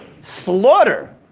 slaughter